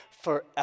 forever